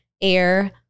air